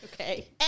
Okay